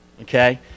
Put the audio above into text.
okay